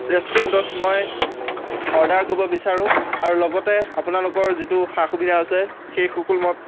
ৰেষ্টুৰেণ্টত মই অৰ্ডাৰ কৰিব বিচাৰোঁ আৰু লগতে আপোনালোকৰ যিটো সা সুবিধা আছে সেই সকলো মই